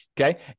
okay